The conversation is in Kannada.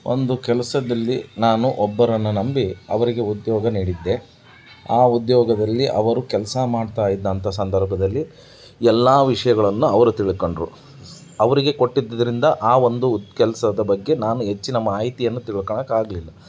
ಒಂದು ಕೆಲಸದಲ್ಲಿ ನಾನು ಒಬ್ಬರನ್ನು ನಂಬಿ ಅವರಿಗೆ ಉದ್ಯೋಗ ನೀಡಿದ್ದೆ ಆ ಉದ್ಯೋಗದಲ್ಲಿ ಅವರು ಕೆಲಸ ಮಾಡ್ತಾ ಇದ್ದಂಥ ಸಂದರ್ಭದಲ್ಲಿ ಎಲ್ಲ ವಿಷಯಗಳನ್ನು ಅವರು ತಿಳ್ಕೊಂಡರು ಅವರಿಗೆ ಕೊಟ್ಟಿದ್ದಿದ್ದರಿಂದ ಆ ಒಂದು ಕೆಲಸದ ಬಗ್ಗೆ ನಾನು ಹೆಚ್ಚಿನ ಮಾಹಿತಿಯನ್ನು ತಿಳ್ಕೊಳಕ್ ಆಗಲಿಲ್ಲ